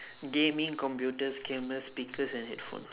gaming computers cameras speakers and headphones